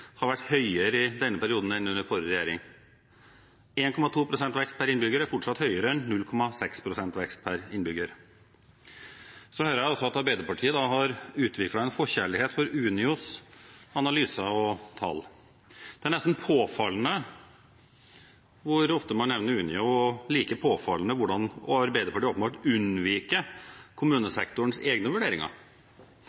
har vært høyere i denne perioden enn under forrige regjering. 1,2 pst. vekst per innbygger er fortsatt høyere enn 0,6 pst. vekst per innbygger. Jeg hører også at Arbeiderpartiet har utviklet en forkjærlighet for Unios analyser og tall. Det er nesten påfallende hvor ofte man nevner Unio, og like påfallende hvordan Arbeiderpartiet åpenbart unnviker